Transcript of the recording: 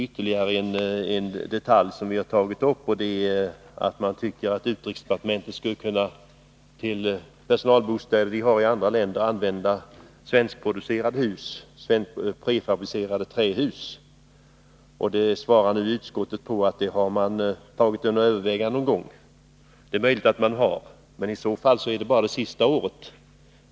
Ytterligare en detalj som vi har tagit upp är de personalbostäder som utrikesdepartementet har i andra länder. Vi tycker att man borde kunna använda svenska prefabricerade trähus. Utskottet svarar att det har man tagit under övervägande någon gång. Det är möjligt, men i så fall är det bara under det senaste året.